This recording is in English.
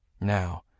Now